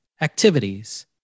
activities